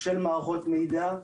של מערכות מידע,